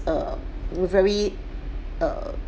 err very err